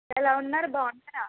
ఎలా ఉన్నారు బాగున్నారా